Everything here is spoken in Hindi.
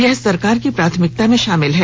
यह सरकार की प्राथमिकता में शामिल है